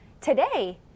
Today